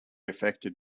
affected